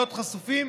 להיות חשופים,